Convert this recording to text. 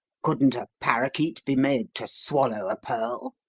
couldn't a parakeet be made to swallow a pearl?